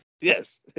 Yes